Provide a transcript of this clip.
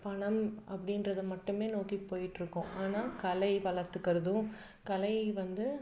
பணம் அப்படின்றத மட்டும் நோக்கி போயிட்ருக்கோம் ஆனால் கலை வளர்த்துக்கறதும் கலை வந்து